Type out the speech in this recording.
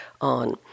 on